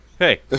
Hey